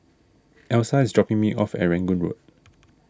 Elsa is dropping me off at Rangoon Road